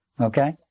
Okay